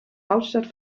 hauptstadt